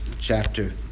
chapter